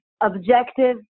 objective